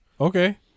Okay